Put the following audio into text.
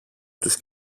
τους